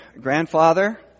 grandfather